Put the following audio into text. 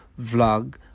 vlog